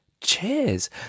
Cheers